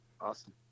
Awesome